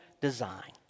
design